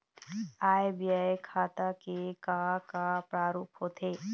आय व्यय खाता के का का प्रारूप होथे?